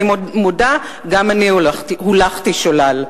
אני מודה: גם אני הולכתי שולל.